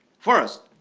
first.